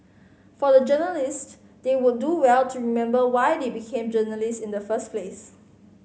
for the journalists they would do well to remember why they become journalists in the first place